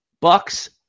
Bucks